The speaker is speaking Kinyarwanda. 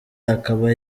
akaba